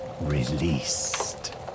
released